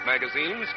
magazines